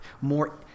more